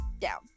down